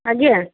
ଆଜ୍ଞା